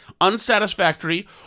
unsatisfactory